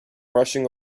rushing